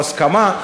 או הסכמה,